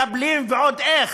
מקבלים ועוד איך.